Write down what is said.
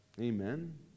Amen